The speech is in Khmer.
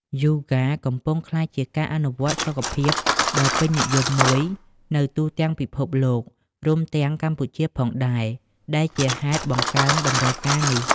យូហ្គាកំពុងក្លាយជា ការអនុវត្តន៍សុខភាពដ៏ពេញនិយមមួយនៅទូទាំងពិភពលោក រួមទាំងកម្ពុជាផងដែរ ដែលជាហេតុបង្កើនតម្រូវការនេះ។